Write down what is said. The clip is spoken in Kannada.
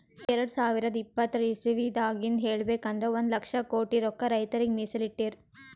ಎರಡ ಸಾವಿರದ್ ಇಪ್ಪತರ್ ಇಸವಿದಾಗಿಂದ್ ಹೇಳ್ಬೇಕ್ ಅಂದ್ರ ಒಂದ್ ಲಕ್ಷ ಕೋಟಿ ರೊಕ್ಕಾ ರೈತರಿಗ್ ಮೀಸಲ್ ಇಟ್ಟಿರ್